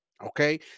Okay